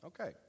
Okay